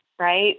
right